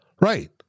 Right